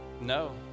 no